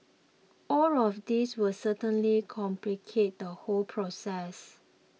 all of these will certainly complicate the whole process